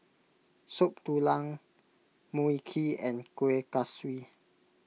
Soup Tulang Mui Kee and Kueh Kaswi